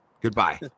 Goodbye